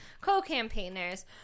co-campaigner's